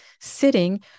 sitting